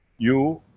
you